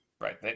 Right